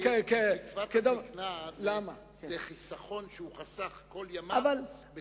כי קצבת הזיקנה היא חיסכון שהוא חסך כל ימיו בתשלום דמי ביטוח לאומי.